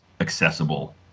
accessible